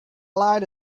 load